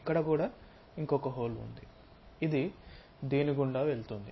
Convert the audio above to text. ఇక్కడ కూడా ఒక హోల్ ఉంది ఇది దీని గుండా వెళుతుంది